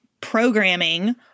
programming